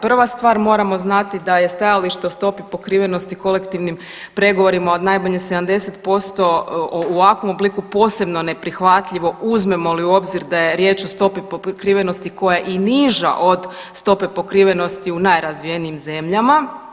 Prva stvar, moramo znati da je stajalište o stopi pokrivenosti kolektivnim pregovorima od najmanje 70% u ovakvom obliku posebno neprihvatljivo uzmemo li u obzir da je riječ o stopi pokrivenosti koja je i niža od stope pokrivenosti u najrazvijenijim zemljama.